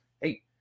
hey